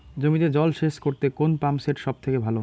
জমিতে জল সেচ করতে কোন পাম্প সেট সব থেকে ভালো?